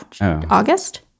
August